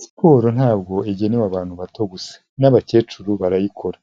Siporo ntabwo igenewe abantu bato gusa n'abakecuru barayikora,